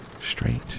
straight